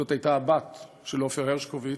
זאת הייתה הבת של עופר הרשקוביץ.